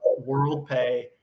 WorldPay